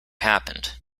happened